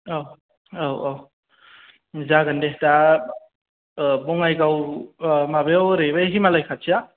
औ औ औ औ जागोन दे दा बङाइगाव माबायाव ओरै बै हिमालय खाथिया